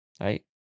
right